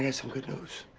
ah some good news.